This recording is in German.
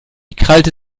krallte